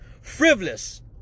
frivolous